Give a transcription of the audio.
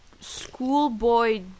Schoolboy